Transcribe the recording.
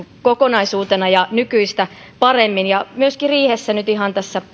kokonaisuutena ja nykyistä paremmin ja myöskin riihessä nyt ihan tässä